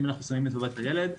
אם אנחנו שמים את טובת הילד.